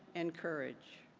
and courage.